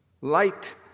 light